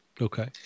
Okay